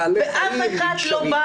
אף אחד לא בא